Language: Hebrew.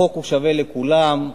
החוק שווה לכולם.